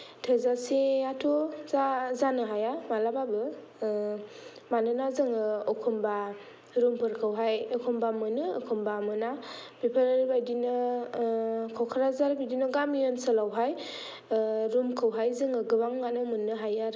थोजासे आथ' जा जानो हाया माब्लाबाबो मानोना जोङो अकमबा रुमफोरखौहाय अकमबा मोनो अकमबा मोना बेफोर बादिनो क'क्राझार बिदिनो गामि ओनसोलावहाय रुमखौ हाय जों गोबांआनो मोननो हायो आरो